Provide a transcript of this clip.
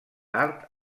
tard